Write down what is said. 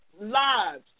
lives